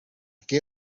qué